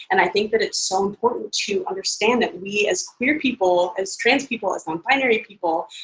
and i think that it's so important to understand that we as queer people, as trans people, as non-binary people,